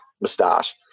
moustache